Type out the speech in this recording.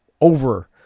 over